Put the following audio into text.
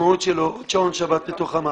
המשמעות שלו שעון שבת בתוך המד.